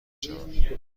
شوم